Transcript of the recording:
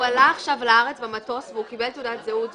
הוא עלה עכשיו לארץ במטוס והוא קיבל תעודת זהות ישראלית.